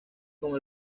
como